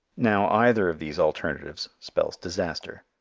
now either of these alternatives spells disaster.